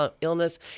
illness